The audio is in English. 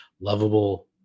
lovable